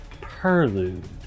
Prelude